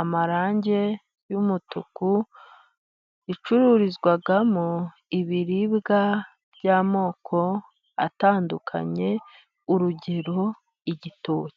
amarangi y umutuku. Icururizwamo ibiribwa by'amoko atandukanye urugero igituki.